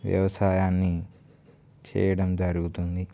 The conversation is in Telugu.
వ్యవసాయాన్ని చేయడం జరుగుతుంది